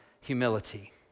humility